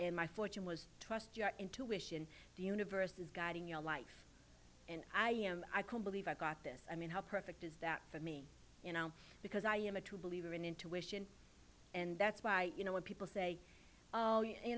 and my fortune was trust your intuition the universe is guiding your life and i am i can't believe i've got this i mean how perfect is that for me you know because i am a true believer in intuition and that's why you know when people say